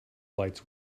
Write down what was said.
lights